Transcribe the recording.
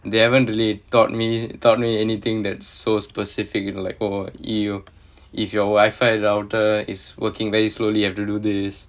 they haven't really taught me taught me anything that's so specific you know like oh you if your Wi-Fi router is working very slowly you have to do this